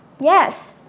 Yes